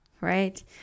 right